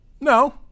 No